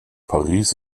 paris